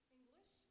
English